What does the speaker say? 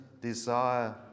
desire